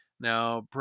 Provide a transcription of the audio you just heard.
Now